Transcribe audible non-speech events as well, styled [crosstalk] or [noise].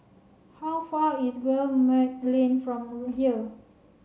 how far is Guillemard Lane from [unintelligible] here